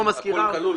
גם אם הכול כלול,